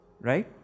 Right